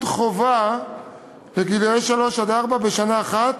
חובה לגילאי שלוש עד ארבע בשנה אחת,